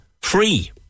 free